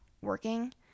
working